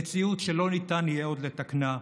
במציאות שלא ניתן יהיה עוד לתקנה.